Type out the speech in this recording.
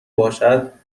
باشد